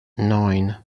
nine